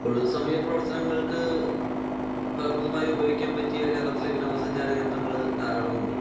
ഒഴിവുസമയ പ്രവർത്തനങ്ങൾക്ക് ഭലപ്രദമായി ഉപയോഗിക്കാൻ പറ്റിയ കേരളത്തിലെ വിനോദസഞ്ചാര കേന്ദ്രങ്ങൾ ധാരാളമുണ്ട്